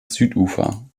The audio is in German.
südufer